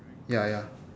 ya ya